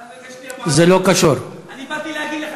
למה אתה מאלץ אותי להסכים עם סמוטריץ?